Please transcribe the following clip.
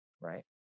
right